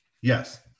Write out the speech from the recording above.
yes